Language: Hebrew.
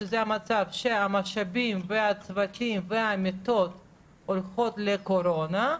שהמשאבים והצוותים והמיטות הולכים לקורונה,